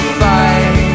fight